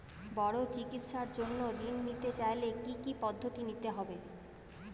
বড় চিকিৎসার জন্য ঋণ নিতে চাইলে কী কী পদ্ধতি নিতে হয়?